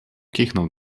kichnął